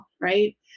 right